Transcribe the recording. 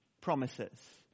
promises